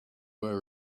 were